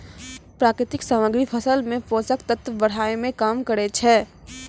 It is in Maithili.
प्राकृतिक सामग्री फसल मे पोषक तत्व बढ़ाय में काम करै छै